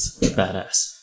badass